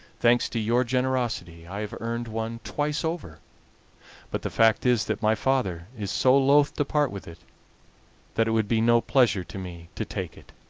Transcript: thanks to your generosity i have earned one twice over but the fact is that my father is so loth to part with it that it would be no pleasure to me to take it.